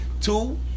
two